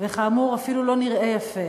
וכאמור, אפילו לא נראה יפה.